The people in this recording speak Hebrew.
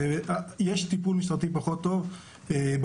יש טיפול משטרתי פחות טוב בפריפריה.